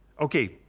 Okay